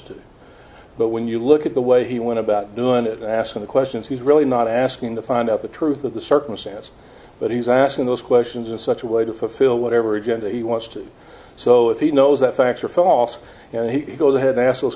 to but when you look at the way he went about doing it asking the questions he's really not asking to find out the truth of the circumstances but he's asking those questions in such a way to fulfill whatever agenda he wants to so if he knows that facts are false and he goes ahead ask those